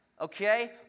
Okay